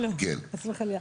לא חס וחלילה.